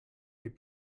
les